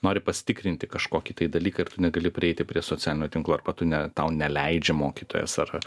nori pasitikrinti kažkokį tai dalyką ir tu negali prieiti prie socialinio tinklo arba tu ne tau neleidžia mokytojas ar ar